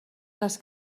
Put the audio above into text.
les